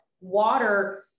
water